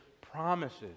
promises